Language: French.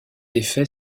effet